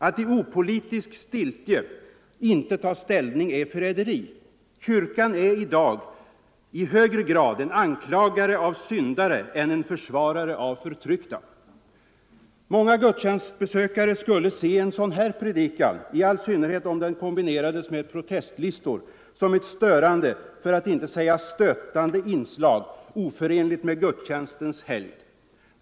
Att i opolitisk stiltje inte ta ställning är förräderi. Kyrkan är i dag i högre grad en anklagare av syndare än en försvarare av förtryckta. Många gudstjänstbesökare skulle se en sådan här predikan — i all synnerhet om den kombinerades med protestlistor — som ett störande, för att inte säga stötande, inslag oförenligt med gudstjänstens helgd.